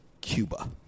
Cuba